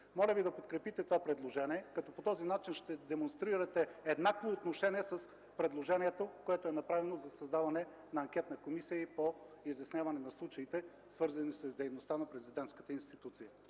Моля ви да подкрепите това предложение, като по този начин ще демонстрирате еднакво отношение с предложението, което е направено за създаване на Анкетна комисия по изясняване на случаите, свързани с дейността на президентската институция.